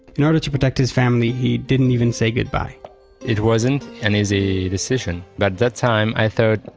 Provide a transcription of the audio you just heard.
in order to protect his family, he didn't even say goodbye it wasn't an easy decision. but that time i thought,